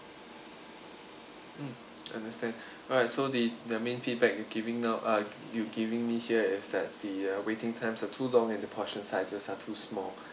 mm understand alright so the the main feedback you're giving now uh you giving me here is that the uh waiting times are too long and the portion sizes are too small